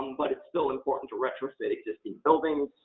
but it's still important to retrofit existing buildings.